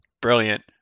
brilliant